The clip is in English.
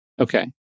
Okay